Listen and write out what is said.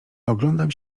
oglądam